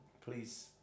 Please